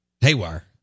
haywire